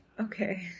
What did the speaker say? Okay